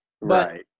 Right